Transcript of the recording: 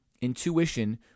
Intuition